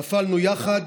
נפלנו יחד.